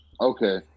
Okay